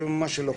לא חסר.